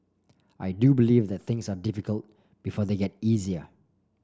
I do believe that things are difficult before they get easier